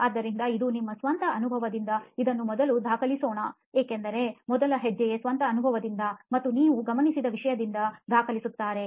ಆದ್ದರಿಂದ ಇದು ನಿಮ್ಮ ಸ್ವಂತ ಅನುಭವದಿಂದ ಇದನ್ನು ಮೊದಲು ದಾಖಲಿಸೋಣ ಏಕೆಂದರೆ ಮೊದಲ ಹೆಜ್ಜೆಯೇ ಸ್ವಂತ ಅನುಭವದಿಂದ ಮತ್ತು ನೀವು ಗಮನಿಸಿದ ವಿಷಯದಿಂದ ದಾಖಲಿಸುತ್ತಾರೆ